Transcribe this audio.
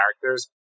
characters